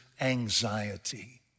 anxiety